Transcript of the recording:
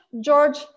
George